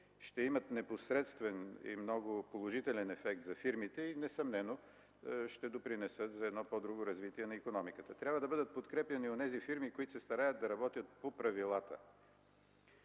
ще имат непосредствен и много положителен ефект за фирмите и несъмнено ще допринесат за едно по-друго развитие на икономиката. Трябва да бъдат подкрепяни онези фирми, които се стараят да работят по правилата.